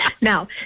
Now